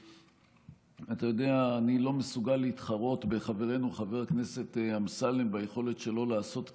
אני לא מסוגל להתחרות בחברנו חבר הכנסת אמסלם ביכולת שלו לעשות קציצות.